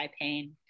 pain